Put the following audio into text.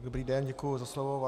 Dobrý den, děkuji za slovo.